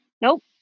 Nope